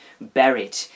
buried